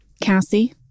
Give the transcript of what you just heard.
Cassie